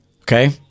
Okay